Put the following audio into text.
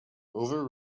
over